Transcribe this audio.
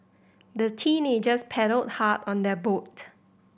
the teenagers paddled hard on their boat